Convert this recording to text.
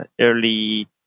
early